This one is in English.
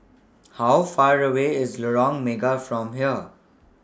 How Far away IS The Lorong Mega from here